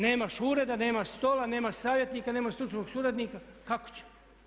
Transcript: Nemaš ureda, nemaš stola, nemaš savjetnika, nemaš stručnog suradnika, kako ćemo?